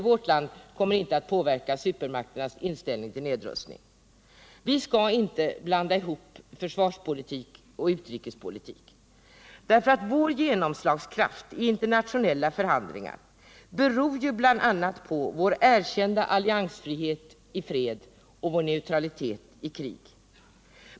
Vi skall inte blanda ihop försvarspolitik och utrikespolitik, därför att vår genomslagskraft vid internationella förhandlingar ju bl.a. beror på vår erkända alliansfrihet i fred och vår neutralitet i krig.